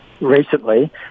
recently